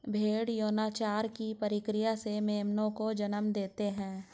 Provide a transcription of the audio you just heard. भ़ेड़ यौनाचार की प्रक्रिया से मेमनों को जन्म देते हैं